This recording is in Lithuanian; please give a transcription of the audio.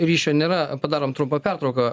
ryšio nėra padarom trumpą pertrauką